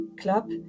club